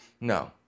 No